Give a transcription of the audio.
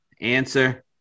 Answer